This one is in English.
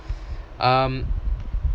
um